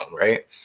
right